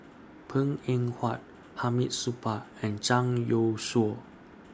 Png Eng Huat Hamid Supaat and Zhang Youshuo